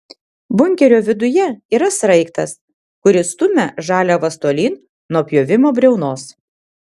bunkerio viduje yra sraigtas kuris stumia žaliavas tolyn nuo pjovimo briaunos